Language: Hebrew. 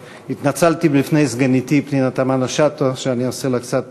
התנצלתי בפני סגניתי פנינה תמנו-שטה על כך שאני עושה לה קצת